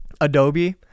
Adobe